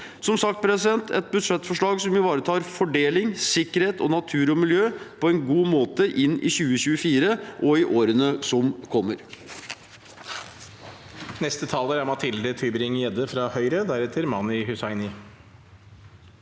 Som sagt: Dette er et budsjettforslag som ivaretar fordeling, sikkerhet, natur og miljø på en god måte inn i 2024 og i årene som kommer.